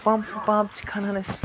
pump pump چِھِ کھَنان أسۍ